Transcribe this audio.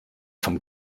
vom